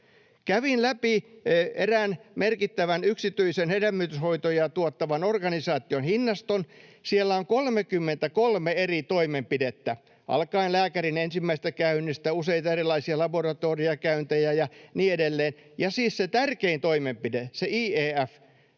Kävin läpi erään merkittävän yksityisen hedelmöityshoitoja tuottavan organisaation hinnaston. Siellä on 33 eri toimenpidettä alkaen lääkärin ensimmäisestä käynnistä, useita erilaisia laboratoriokäyntejä ja niin edelleen, ja siis se tärkein toimenpide, se IVF: